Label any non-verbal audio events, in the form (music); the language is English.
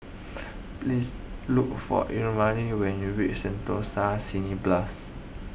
(noise) please look for Elnora when you reach Sentosa Cineblast